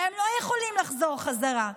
והם לא יכולים לחזור בחזרה.